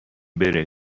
بره